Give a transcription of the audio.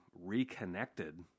reconnected